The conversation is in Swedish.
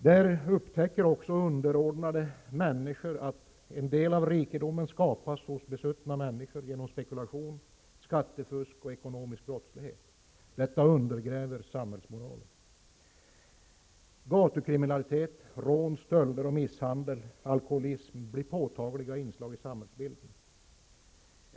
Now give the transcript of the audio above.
Där upptäcker också underordnade människor att en del av rikedomen skapas hos besuttna genom spekulation, skattefusk och ekonomisk brottslighet. Detta undergräver samhällsmoralen. Gatukriminalitet, rån, stölder och misshandel samt alkoholism blir påtagliga inslag i samhällsbilden.